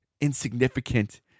insignificant